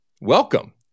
Welcome